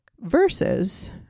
versus